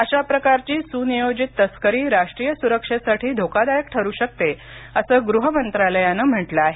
अशा प्रकारची सुनियोजित तस्करी राष्ट्रीय सुरक्षेसाठी धोकादायक ठरू शकते असं गृह मंत्रालयानं म्हटलं आहे